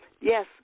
Yes